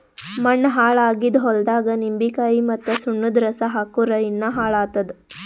ಮಣ್ಣ ಹಾಳ್ ಆಗಿದ್ ಹೊಲ್ದಾಗ್ ನಿಂಬಿಕಾಯಿ ಮತ್ತ್ ಸುಣ್ಣದ್ ರಸಾ ಹಾಕ್ಕುರ್ ಇನ್ನಾ ಹಾಳ್ ಆತ್ತದ್